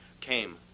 came